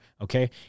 Okay